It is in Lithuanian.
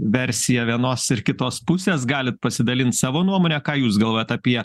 versiją vienos ir kitos pusės galit pasidalint savo nuomone ką jūs galvojat apie